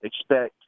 expect